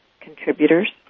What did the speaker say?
contributors